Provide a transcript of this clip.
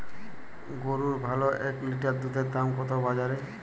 গরুর ভালো এক লিটার দুধের দাম কত বাজারে?